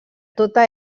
tota